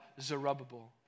Zerubbabel